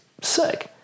sick